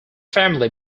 family